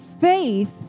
faith